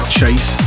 Chase